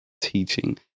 teaching